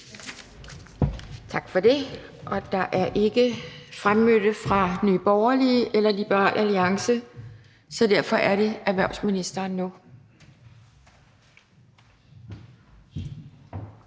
Tak for det. Der er ikke fremmødte fra Nye Borgerlige eller Liberal Alliance. Derfor er det erhvervsministeren nu.